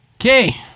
Okay